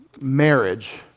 marriage